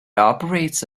operates